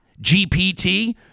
GPT